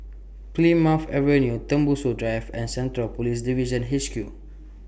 Plymouth Avenue Tembusu Drive and Central Police Division H Q